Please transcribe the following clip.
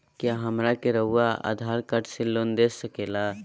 क्या हमरा के रहुआ आधार कार्ड से लोन दे सकेला?